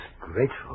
grateful